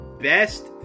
best